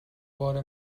بار